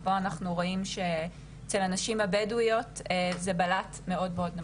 פה אנחנו רואים שאצל הנשים הבדואיות זה בלט מאוד מאוד,